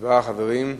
הצבעה, חברים.